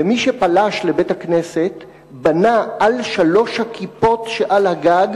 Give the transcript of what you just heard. ומי שפלש לבית-הכנסת בנה על שלוש הכיפות שעל הגג